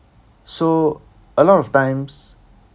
so a lot of times